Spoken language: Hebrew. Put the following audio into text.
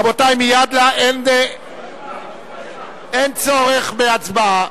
רבותי, אין צורך בהצבעה.